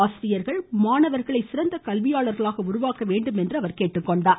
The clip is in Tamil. ஆசிரியர்கள் மாணவர்களை சிறந்த கல்வியாளர்களாக உருவாக்க வேண்டும் எனவும் கேட்டுக்கொண்டார்